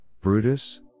Brutus